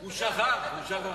הוא שכח.